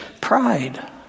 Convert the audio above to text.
pride